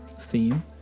theme